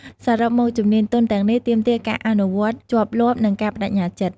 សរុបមក ជំនាញទន់ទាំងនេះទាមទារការអនុវត្តជាប់លាប់និងការប្តេជ្ញាចិត្ត។